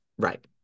Right